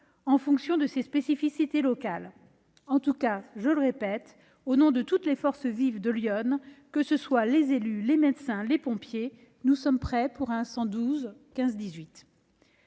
en fonction de ses spécificités locales. En tout cas, je le répète, au nom de toutes les forces vives de l'Yonne, que ce soit les élus, les médecins, les pompiers, nous sommes prêts pour un 112